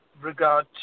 regard